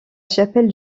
chapelle